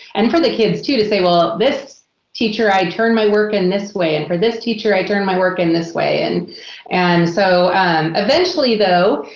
and for the kids too, to say, well, ah this teacher, i turn my work in this way, and for this teacher i turn my work in this way. and and so and eventually, though,